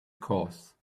course